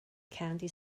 candy